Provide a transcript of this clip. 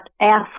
ask